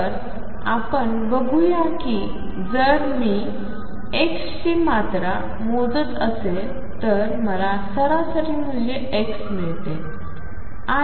तर आपण बघूया की जर मी x ची मात्रा मोजत आहे तर मला सरासरी मूल्य x मिळते